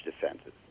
defenses